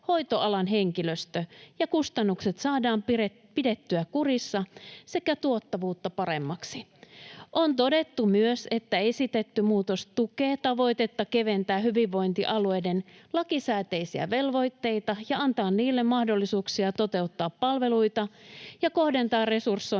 hoitoalan henkilöstö ja kustannukset saadaan pidettyä kurissa sekä tuottavuutta paremmaksi. On myös todettu, että esitetty muutos tukee tavoitetta keventää hyvinvointialueiden lakisääteisiä velvoitteita ja antaa niille mahdollisuuksia toteuttaa palveluita ja kohdentaa resursointia